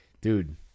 dude